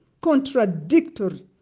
Contradictory